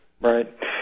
Right